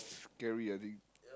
scary I think